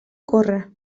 córrer